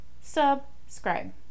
subscribe